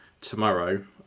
tomorrow